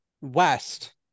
West